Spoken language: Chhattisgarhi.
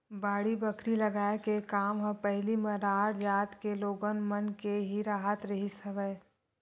बाड़ी बखरी लगाए के काम ह पहिली मरार जात के लोगन मन के ही राहत रिहिस हवय